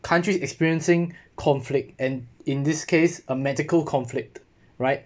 countries experiencing conflict and in this case a medical conflict right